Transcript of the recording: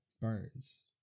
Burns